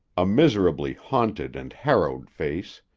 a miserably haunted and harrowed face,